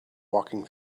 walking